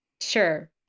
sure